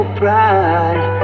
pride